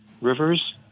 Rivers